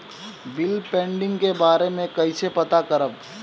Bill pending के बारे में कईसे पता करब?